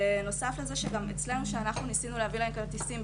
בנוסף לזה גם שאצלנו שאנחנו ניסינו להביא להם כרטיסים,